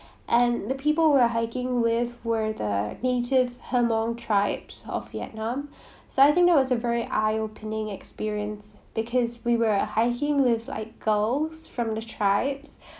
and the people we were hiking with were the native hmong tribes of vietnam so I think that was a very eye opening experience because we were hiking with like girls from the tribes